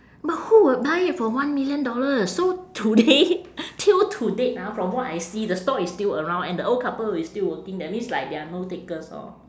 but who would buy it for one million dollars so today till to date ah from what I see the stall is still around and the old couple is still working that means like there are no takers orh